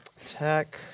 attack